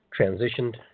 transitioned